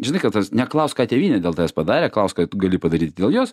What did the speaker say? žinai kad tavęs neklaus ką tėvynė dėl tavęs padarė klaus ką tu gali padaryti dėl jos